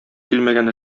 килмәгән